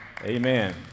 amen